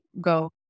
go